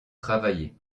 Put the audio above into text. travailler